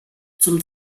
zum